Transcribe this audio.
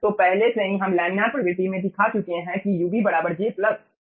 तो पहले से ही हम लैमिनार प्रवृत्ति में दिखा चुके हैं कि ub बराबर j u∞ है